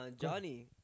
Johnny